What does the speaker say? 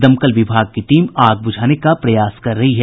दमकल विभाग की टीम आग बूझाने का प्रयास कर रही है